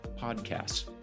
podcasts